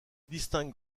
distingue